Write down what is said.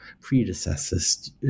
predecessors